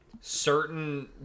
certain